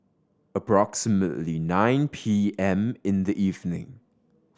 approximately nine P M in the evening